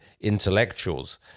intellectuals